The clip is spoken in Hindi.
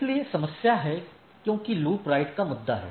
इसलिए समस्या है क्योंकि लूप राइट का मुद्दा है